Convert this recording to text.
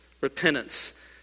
Repentance